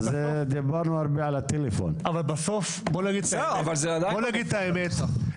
בואו נגיד את האמת,